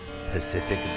Pacific